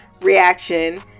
reaction